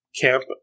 camp